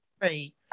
three